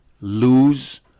lose